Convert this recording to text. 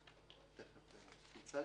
טיס), התשע"ח-2017, נתקבלה.